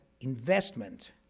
investment